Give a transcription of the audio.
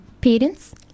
parents